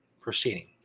proceeding